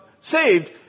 saved